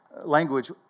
language